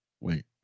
Wait